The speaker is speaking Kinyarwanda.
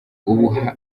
ubu